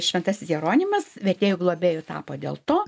šventasis jeronimas vertėjų globėju tapo dėl to